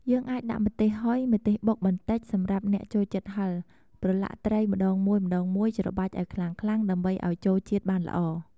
យើងអាចដាក់ម្ទេសហុយ ម្ទេសបុកបន្តិចសម្រាប់អ្នកចូលចិត្តហឹរ ប្រឡាក់ត្រីម្ដងមួយៗច្របាច់ឱ្យខ្លាំងៗដើម្បីឱ្យចូលជាតិបានល្អ។